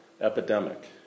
epidemic